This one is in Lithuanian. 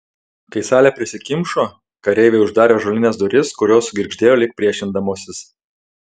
kai salė prisikimšo kareiviai uždarė ąžuolines duris kurios sugirgždėjo lyg priešindamosis